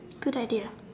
good idea